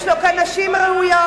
יש לו כאן נשים ראויות,